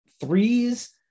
threes